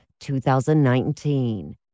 2019